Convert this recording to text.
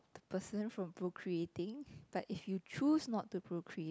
person from procreating but if you choose not to procreate